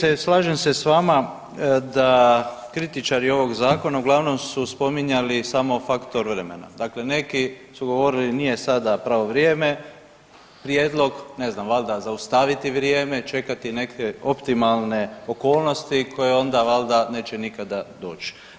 Kolegice, slažem se s vama da kritičari ovog zakona uglavnom su spominjali samo faktor vremena, dakle neki su govorili nije sada pravo vrijeme, prijedlog ne znam valjda zaustaviti vrijeme, čekati neke optimalne okolnosti koje onda valjda neće nikada doći.